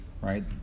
right